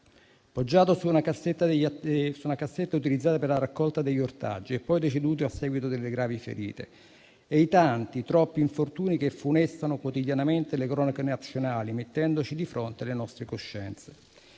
poggiato su una cassetta utilizzata per la raccolta degli ortaggi e poi deceduto a seguito delle gravi ferite, e i tanti, troppi infortuni che funestano quotidianamente le cronache nazionali, mettendoci di fronte alle nostre coscienze.